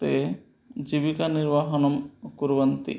ते जीविकानिर्वहणं कुर्वन्ति